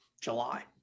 July